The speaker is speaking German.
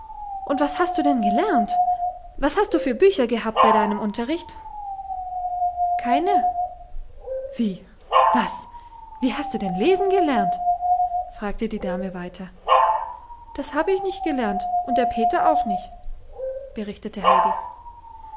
und was hast du denn gelernt was hast du für bücher gehabt bei deinem unterricht keine sagte heidi wie was wie hast du denn lesen gelernt fragte die dame weiter das hab ich nicht gelernt und der peter auch nicht berichtete heidi